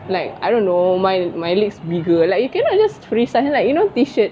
like I don't know my my legs bigger like you cannot just free size like you know T-shirt